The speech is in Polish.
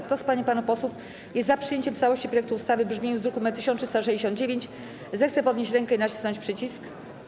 Kto z pań i panów posłów jest za przyjęciem w całości projektu ustawy w brzmieniu z druku nr 1369, zechce podnieść rękę i nacisnąć przycisk.